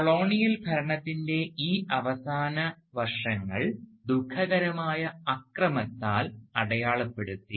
colonial ഭരണത്തിൻറെ ഈ അവസാന വർഷങ്ങൾ ദുഃഖകരമായ അക്രമത്താൽ അടയാളപ്പെടുത്തി